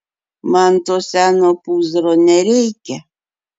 man to seno pūzro nereikia